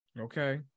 Okay